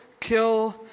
kill